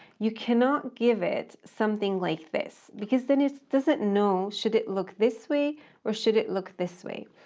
you cannot give it something like this, because then it doesn't know should it look this way or should it look this way?